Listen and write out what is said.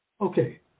Okay